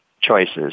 choices